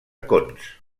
cons